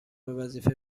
وظیفه